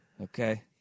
Okay